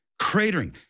cratering